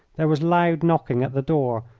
there was loud knocking at the door,